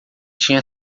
tinha